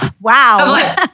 wow